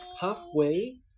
halfway